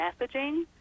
messaging